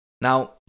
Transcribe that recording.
Now